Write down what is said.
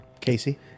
Casey